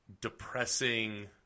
depressing